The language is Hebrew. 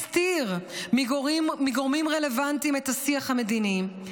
הסתיר מגורמים רלוונטיים את השיח המדיני.